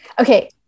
Okay